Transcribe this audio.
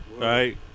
Right